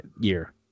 year